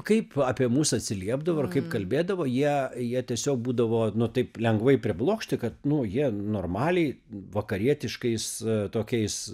kaip apie mus atsiliepdavo ir kaip kalbėdavo jie jie tiesiog būdavo taip lengvai priblokšti kad nu jie normaliai vakarietiškais tokiais